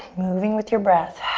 moving with your breath.